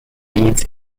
reads